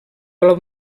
blau